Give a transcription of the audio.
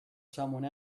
someone